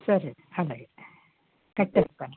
సరే అలాగే కట్టేస్తాను